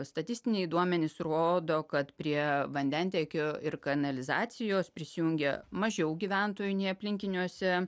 statistiniai duomenys rodo kad prie vandentiekio ir kanalizacijos prisijungę mažiau gyventojų nei aplinkiniuose